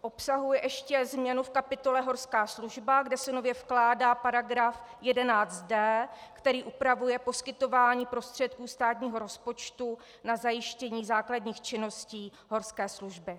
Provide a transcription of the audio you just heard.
obsahuje ještě změnu v kapitole Horská služba, kde se nově vkládá § 11d, který upravuje poskytování prostředků státního rozpočtu na zajištění základních činností horské služby.